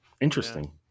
Interesting